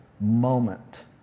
moment